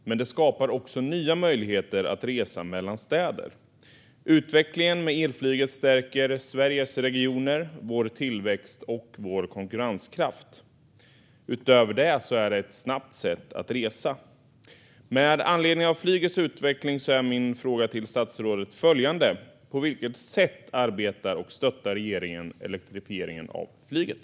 Men den skapar också nya möjligheter att resa mellan städer. Utvecklingen av elflyget stärker Sveriges regioner, vår tillväxt och vår konkurrenskraft. Utöver detta är det ett snabbt sätt att resa. Med anledning av flygets utveckling är min fråga till statsrådet: På vilket sätt arbetar och stöttar regeringen elektrifieringen av flyget?